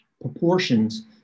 proportions